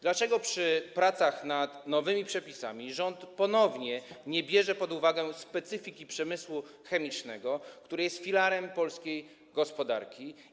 Dlaczego przy pracach nad nowymi przepisami rząd ponownie nie bierze pod uwagę specyfiki przemysłu chemicznego, który jest filarem polskiej gospodarki?